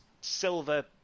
silver